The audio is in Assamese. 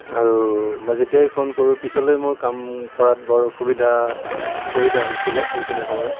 আৰু মই যেতিয়াই ফোন কৰোঁ পিছলৈ মোৰ কাম কৰাত বৰ সুবিধা হৈছিলে সেইখিনি সময়ত